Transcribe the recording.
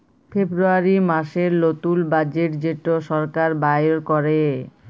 ফেব্রুয়ারী মাসের লতুল বাজেট যেট সরকার বাইর ক্যরে